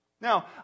Now